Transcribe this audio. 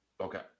Okay